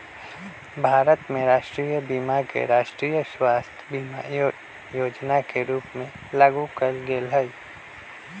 भारत में राष्ट्रीय बीमा के राष्ट्रीय स्वास्थय बीमा जोजना के रूप में लागू कयल गेल हइ